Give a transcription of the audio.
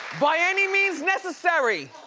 by any means necessary.